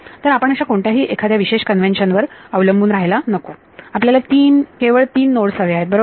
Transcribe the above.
तर आपण अशा कोणत्याही एखाद्या विशेष कन्वेंशन वर अवलंबून राहायला नको आपल्याला केवळ तीन नोड्स हवे आहेत बरोबर